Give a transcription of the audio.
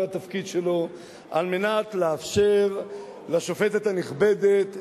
התפקיד שלו על מנת לאפשר לשופטת הנכבדת